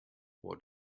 what